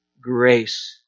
grace